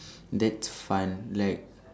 that's fun like